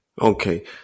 Okay